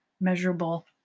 measurable